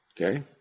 Okay